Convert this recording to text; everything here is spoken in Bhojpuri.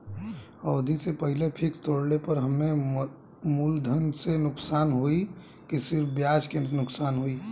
अवधि के पहिले फिक्स तोड़ले पर हम्मे मुलधन से नुकसान होयी की सिर्फ ब्याज से नुकसान होयी?